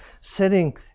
sitting